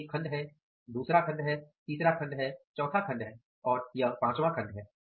तो एक खण्ड है दूसरा खण्ड है तीसरा खण्ड है चौथा खण्ड है और पांचवां खण्ड है